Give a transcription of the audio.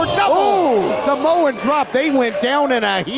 double samoan drop, they went down in a heat.